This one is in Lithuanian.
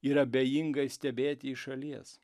ir abejingai stebėti iš šalies